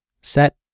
Set